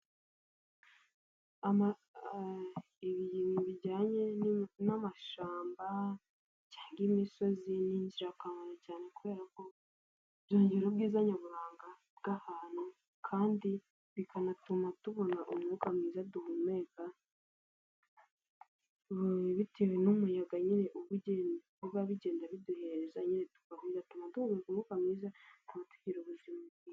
Ibintu bijyanye n'amashyamba cyangwa imisozi n'ingirakamaro cyane kubera ko byongera ubwiza nyaburanga bw'ahantu kandi bikanatuma tubona umwuka mwiza duhumeka. Bitewe n'umuyaga nyine uba ugenda bigenda biduhererezanya nyine biduha umwuka mwiza tukagira ubuzima.